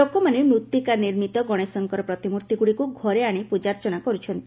ଲୋକମାନେ ମୃଭିକା ନିର୍ମିତ ଗଣେଶଙ୍କର ପ୍ରତିମୂର୍ଭିଗୁଡ଼ିକୁ ଘରେ ଆଣି ପୂଜାର୍ଚ୍ଚନା କରୁଛନ୍ତି